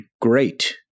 great